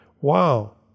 wow